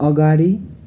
अगाडि